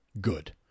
good